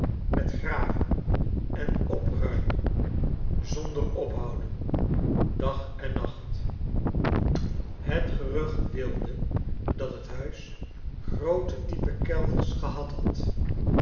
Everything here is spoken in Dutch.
met gfe ven en opruimen zonder ophouden dag en nacht het gerucht wilde dat het huis groote diepe kelders gehad had